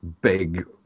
big